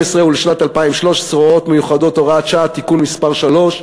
ולשנת 2013 (הוראות מיוחדות) (הוראת שעה) (תיקון מס' 3),